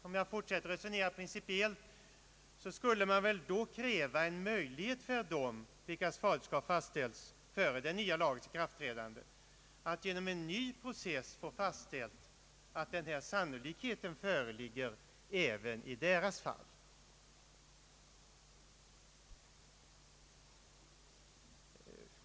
Om jag då fortsätter att resonera principiellt, så krävs det väl i så fall en möjlighet för dem vilkas faderskap fastställts före den nya lagens ikraftträdande att genom en ny process få fastställt att den här sannolikheten föreligger även i deras fall.